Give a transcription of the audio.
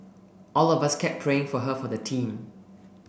all of us kept praying for her for the team